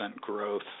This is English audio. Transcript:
growth